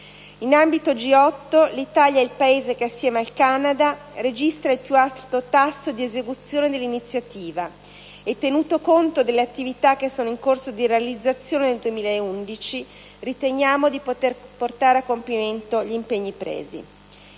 In ambito G8, l'Italia è il Paese che, assieme al Canada, registra il più alto tasso di esecuzione dell'iniziativa e, tenuto conto delle attività che sono in corso di realizzazione nel 2011, riteniamo di poter portare a compimento gli impegni presi.